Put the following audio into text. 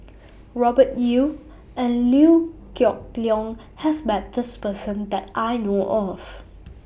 Robert Yeo and Liew Geok Leong has Met This Person that I know of